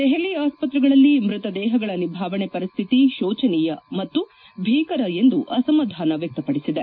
ದೆಹಲಿ ಆಸ್ಪತ್ರೆಗಳಲ್ಲಿ ಮೃತದೇಹಗಳ ನಿಭಾವಣೆ ಪರಿಸ್ಥಿತಿ ಶೋಚನೀಯ ಮತ್ತು ಭೀಕರ ಎಂದು ಅಸಮಾಧಾನ ವ್ಚಕ್ತಪಡಿಸಿದೆ